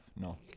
No